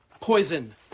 Poison